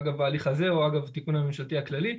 אגב ההליך הזה או אגב התיקון הממשלתי הכללי.